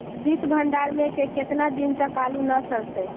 सित भंडार में के केतना दिन तक आलू न सड़तै?